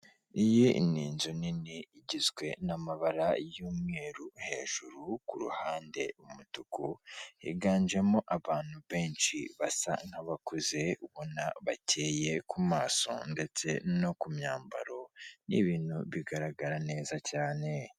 Iyi ni inzu nini igizwe n'amabara y'umweru hejuru ku ruhande umutuku higanjemo abantu benshi basa nk'abakuze ubona bakeye kumaso ndetse no ku myambaro n'ibintu bigaragara neza cyane.